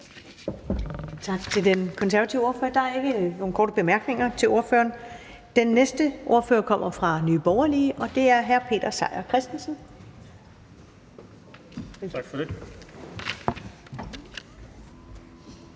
Tak til den konservative ordfører. Der er ikke nogen korte bemærkninger til ordføreren. Den næste ordfører kommer fra Nye Borgerlige, og det er hr. Peter Seier Christensen. Kl.